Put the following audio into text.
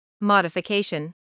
modification